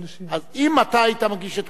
אם אתה היית מגיש את כל ההצעות לסדר-היום,